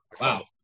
Wow